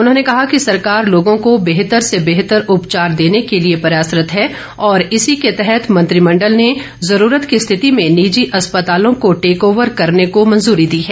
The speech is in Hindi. उन्होंने कहा कि सरकार लोगों को बेहतर से बेहतर उपचार देने के लिए प्रयासरत है और इसी के तहत मंत्रिमंडल ने जुरूरत की स्थिति में निजी अस्पतालों को टेकओवर करने को मंजूरी दी है